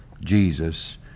Jesus